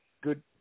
good